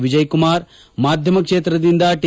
ವಿಜಯಕುಮಾರ್ ಮಾಧ್ಯಮ ಕ್ಷೇತ್ರದಿಂದ ಟಿ